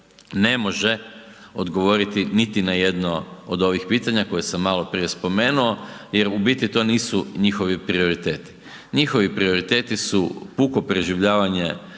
ne može odgovoriti niti na jedno od ovih pitanja koje sam maloprije spomenuo jer u biti to nisu njihovi prioriteti, njihovi prioriteti su puko preživljavanje